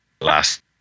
last